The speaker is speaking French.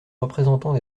représentants